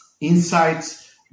insights